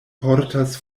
portas